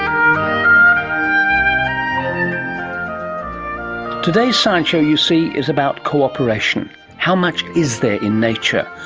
um today's science show, you see, is about cooperation how much is there in nature?